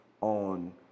on